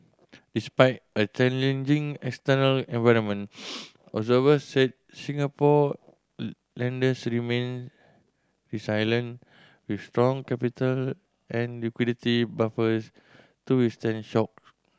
despite a challenging external environment observers said Singapore lenders remain resilient with strong capital and liquidity buffers to withstand shock